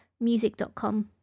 music.com